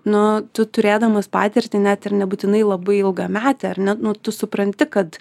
nu tu turėdamas patirtį net ir nebūtinai labai ilgametę ar ne nu tu supranti kad